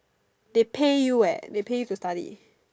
they pay you eh they pay you to study